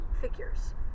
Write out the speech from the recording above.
figures